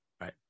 right